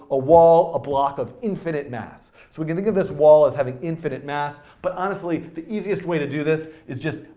a wall, a block of infinite mass. so we're going to give this wall as having infinite mass, but honestly, the easiest way to do this is just,